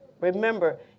Remember